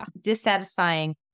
dissatisfying